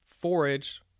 forage